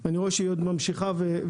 אני רואה שהיא עוד ממשיכה ופועמת.